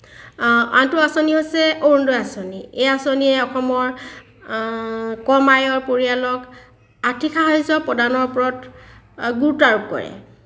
আনটো আঁচনি হৈছে অৰুণোদয় আঁচনি এই আঁচনিয়ে অসমৰ কম আয়ৰ পৰিয়ালক আৰ্থিক সাহাৰ্য্য প্ৰদানৰ ওপৰত গুৰুত্ৱ আৰোপ কৰে